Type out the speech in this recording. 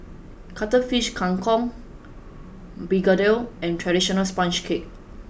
Cuttlefish Kang Kong Begedil and traditional sponge cake